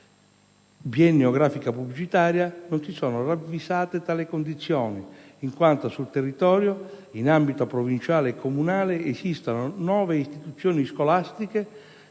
-biennio grafica pubblicitaria - non si sono ravvisate tali condizioni, in quanto sul territorio, in ambito provinciale e comunale, esistono nove istituzioni scolastiche